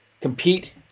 compete –